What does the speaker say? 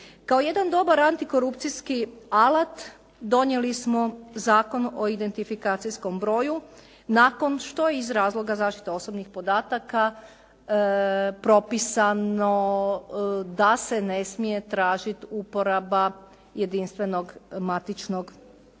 Kao jedan dobar antikorupcijski alat donijeli smo Zakon o identifikacijskom broju nakon što je iz razloga zaštite osobnih podataka propisano da se ne smije tražiti uporaba jedinstvenog matičnog broja